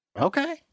Okay